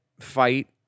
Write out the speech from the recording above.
fight